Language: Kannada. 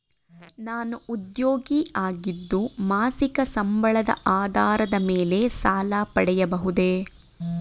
ನಾನು ಉದ್ಯೋಗಿ ಆಗಿದ್ದು ಮಾಸಿಕ ಸಂಬಳದ ಆಧಾರದ ಮೇಲೆ ಸಾಲ ಪಡೆಯಬಹುದೇ?